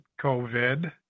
COVID